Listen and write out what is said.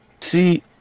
See